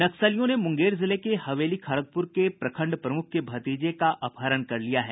नक्सलियों ने मुंगेर जिले के हवेली खड़गपुर के प्रखंड प्रमुख के भतीजे का अपहरण कर लिया है